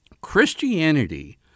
Christianity